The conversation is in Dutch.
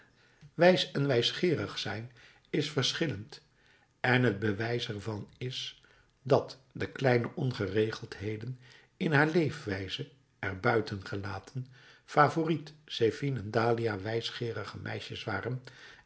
wijs en wijsgeerig zijn is verschillend en het bewijs er van is dat de kleine ongeregeldheden in haar leefwijze er buiten gelaten favourite zephine en dahlia wijsgeerige meisjes waren